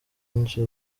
nyinshi